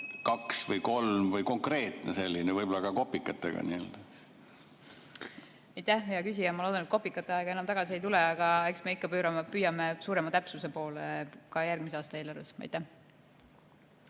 2 või 3, selline konkreetne, võib-olla ka kopikatega? Aitäh, hea küsija! Ma loodan, et kopikate aega enam tagasi ei tule, aga eks me ikka püüdleme suurema täpsuse poole ka järgmise aasta eelarves. Aitäh,